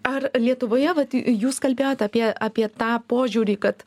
ar lietuvoje vat jūs kalbėjot apie apie tą požiūrį kad